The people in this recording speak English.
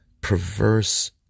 perverse